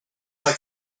like